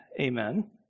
amen